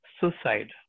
suicide